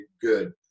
good